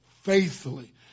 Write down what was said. faithfully